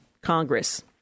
Congress